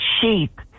sheep